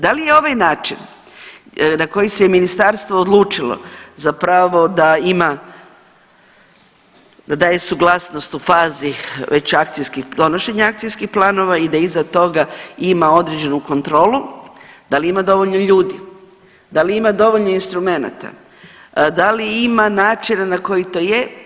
Da li je ovaj način na koji se ministarstvo odlučilo zapravo da ima, da daje suglasnost u fazi već donošenja akcijskih planova i da iza toga ima određenu kontrolu da li ima dovoljno ljudi, da li ima dovoljno instrumenata, da li ima načina na koji to je.